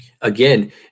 Again